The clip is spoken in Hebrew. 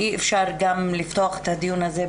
למרות כל הדיסקרטיות,